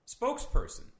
spokesperson